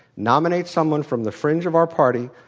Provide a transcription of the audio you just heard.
nominate someone from the fringe of our party,